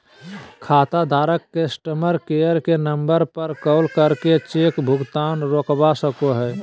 खाताधारक customer care के नम्बर पर कॉल करके चेक भुगतान रोकवा सको हय